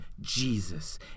Jesus